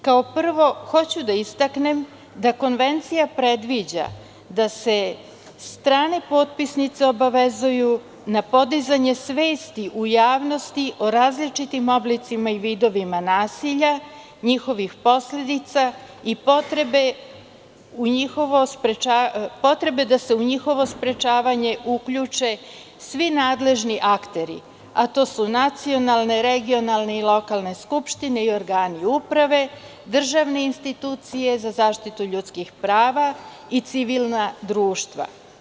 Kao prvo, hoću da istaknem da konvencija predviđa da se strane potpisnice obavezuju na podizanje svesti u javnosti o različitim oblicima i vidovima nasilja, njihovih posledica i potrebe da se u njihovo sprečavanje uključe svi nadležni akteri, a to su nacionalne, regionalne i lokalne skupštine i organi uprave, državne institucije za zaštitu ljudskih prava i civilnog društva.